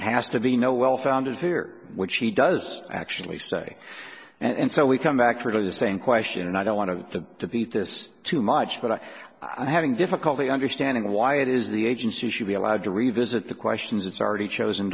it has to be no well founded fear which he does actually say and so we come back to the same question and i don't want to debate this too much but i'm having difficulty understanding why it is the agency should be allowed to revisit the questions it's already chosen